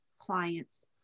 clients